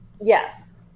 Yes